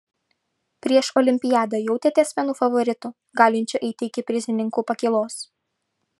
prieš olimpiadą jautėtės vienu favoritų galinčiu eiti iki prizininkų pakylos